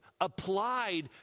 applied